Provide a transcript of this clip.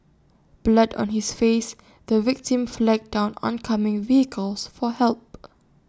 blood on his face the victim flagged down oncoming vehicles for help